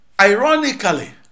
Ironically